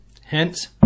hence